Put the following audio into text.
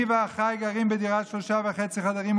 אני ואחיי גרים בדירת שלושה וחצי חדרים,